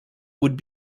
would